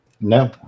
No